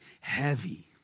heavy